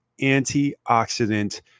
antioxidant